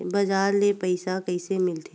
बजार ले पईसा कइसे मिलथे?